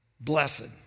Blessed